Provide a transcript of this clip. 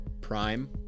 Prime